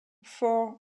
for